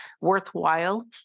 worthwhile